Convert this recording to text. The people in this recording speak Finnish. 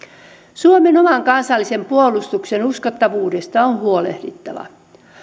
suomen oman kansallisen puolustuksen uskottavuudesta on huolehdittava